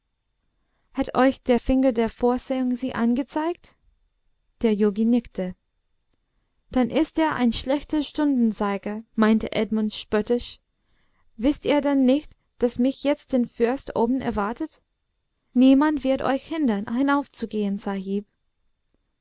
hat euch der finger der vorsehung sie angezeigt der yogi nickte dann ist er ein schlechter stundenzeiger meinte edmund spöttisch wißt ihr denn nicht daß mich jetzt der fürst oben erwartet niemand wird euch hindern hinaufzugehen sahib